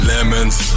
Lemons